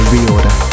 Reorder